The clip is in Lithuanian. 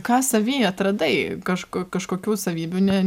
ką savy atradai kažko kažkokių savybių ne